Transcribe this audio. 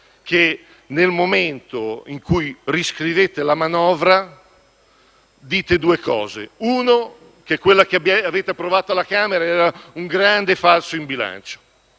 che, nel momento in cui riscrivete la manovra, dite due cose. La prima è che quella che avete approvato alla Camera era un grande falso in bilancio: